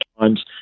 times